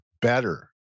better